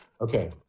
Okay